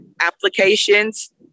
applications